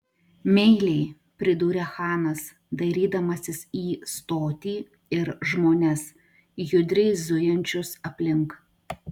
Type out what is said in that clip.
meiliai pridūrė chanas dairydamasis į stotį ir žmones judriai zujančius aplink